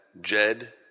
Jed